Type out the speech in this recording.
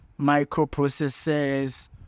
microprocessors